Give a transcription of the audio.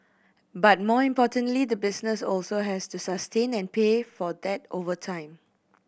but more importantly the business also has to sustain and pay for that over time